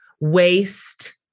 waste